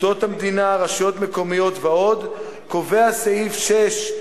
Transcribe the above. מוסדות המדינה, רשויות מקומיות ועוד, סעיף 9(6)